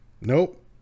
nope